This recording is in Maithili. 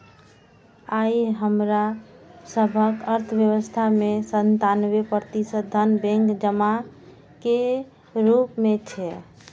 आइ हमरा सभक अर्थव्यवस्था मे सत्तानबे प्रतिशत धन बैंक जमा के रूप मे छै